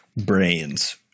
brains